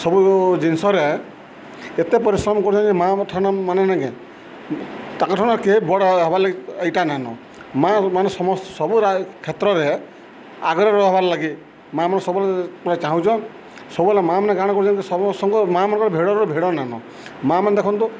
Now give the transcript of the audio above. ସବୁ ଜିନିଷରେ ଏତେ ପରିଶ୍ରମ କରୁଚନ୍ତି ମାଆ ଠାନ ମାନେ ନଙ୍କେ ତାଙ୍କ ଠାନ କିଏ ବଡ଼ ହବାର ଲାଗି ଏଇଟା ନାଇନ ମା ମାନେ ସମସ୍ତ ସବୁ କ୍ଷେତ୍ରରେ ଆଗ୍ରହର ହବାର ଲାଗେ ମାଆ ମାନ ସବୁବେଳେ ପୁରା ଚାହୁଁଚନ୍ ସବୁବେଳେ ମାଆ ମାନେ ଗାଣ କରୁଚନ୍ତି ସମସ୍ତ ମା' ମାନଙ୍କର ଭିଡ଼ ଭିଡ଼ ନାଇନ ମା ମାନେ ଦେଖନ୍ତୁ